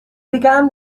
began